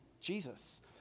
Jesus